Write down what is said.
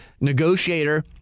negotiator